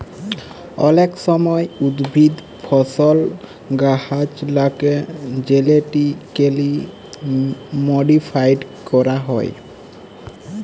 অলেক সময় উদ্ভিদ, ফসল, গাহাচলাকে জেলেটিক্যালি মডিফাইড ক্যরা হয়